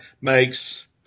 makes